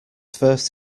first